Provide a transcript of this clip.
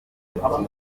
naguze